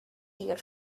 year